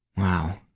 wow.